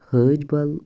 حٲج بَل